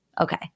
Okay